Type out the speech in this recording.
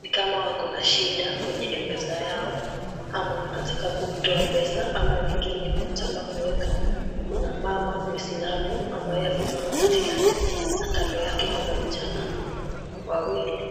Ni kama wako na shida kwenye M-pesa yao, ama wanataka kutoa pesa ama wengine wanataka kuweka. Kuna mama Muislamu ambaye amesimama katikati na kando yake kuna vijana wawili.